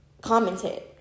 commented